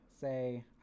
say